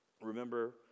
remember